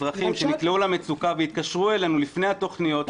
אזרחים שנקלעו למצוקה והתקשרו אלינו לפני התוכניות,